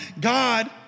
God